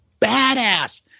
badass